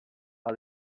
how